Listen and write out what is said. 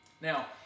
Now